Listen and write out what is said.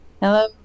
Hello